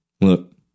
Look